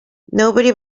nobody